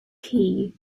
key